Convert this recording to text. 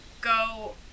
go